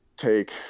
take